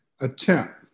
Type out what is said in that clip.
attempt